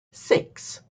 six